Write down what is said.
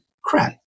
crap